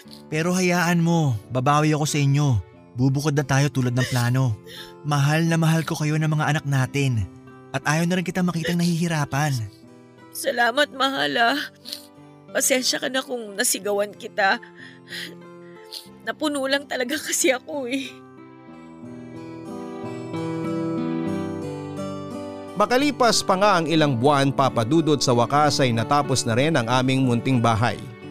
Pero hayaan mo, babawi ako sa inyo. Bubukod na tayo tulad ng plano. Mahal na mahal ko kayo ng mga anak natin. At ayaw na rin kita makitang nahihirapan. Salamat, mahal, ah. Pasensya ka na kung nasigawan kita. Napuno lang talaga kasi ako, eh. Makalipas pa nga ang ilang buwan, Papa Dudut, sa wakas ay natapos na rin ang aming munting bahay.